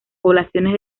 poblaciones